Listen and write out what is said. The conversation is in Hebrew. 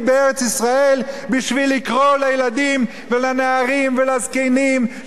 לקרוא לילדים ולנערים ולזקנים שלומדים תורה בתואר הזה,